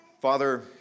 Father